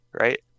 right